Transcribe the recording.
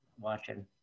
watching